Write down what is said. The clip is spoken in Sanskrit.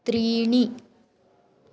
त्रीणि